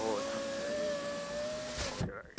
ꯍꯣ ꯍꯣꯏ ꯊꯝꯖꯔꯒꯦ ꯑꯗꯨꯗꯤ ꯍꯌꯦꯡꯗꯣ ꯄꯥꯎ ꯐꯥꯎꯖꯔꯑꯒꯦ